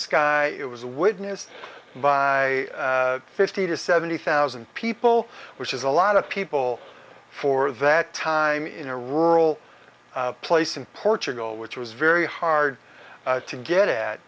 sky it was witnessed by fifty to seventy thousand people which is a lot of people for that time in a rural place in portugal which was very hard to get at